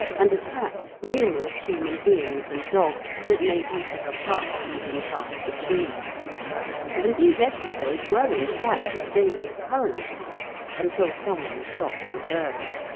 and attacked numerous human beings and dogs that made use of a path leading past the tree and these episodes were in fact of daily occurrence until some one shot the bird.